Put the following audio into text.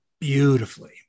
beautifully